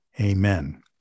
Amen